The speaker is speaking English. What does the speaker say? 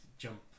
jump